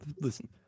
listen